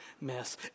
mess